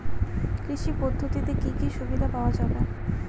কৃষি পদ্ধতিতে কি কি সুবিধা পাওয়া যাবে?